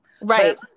Right